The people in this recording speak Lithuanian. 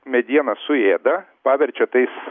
medieną suėda paverčia tais